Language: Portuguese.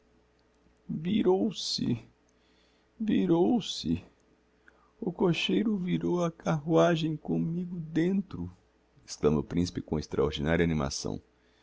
virou-se virou-se o cocheiro virou a carruagem commigo dentro exclama o principe com extraordinaria animação